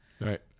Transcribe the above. Right